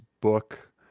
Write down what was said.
book